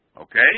Okay